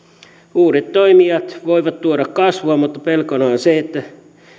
uudet toimijat voivat tuoda kasvua mutta pelkona on on se että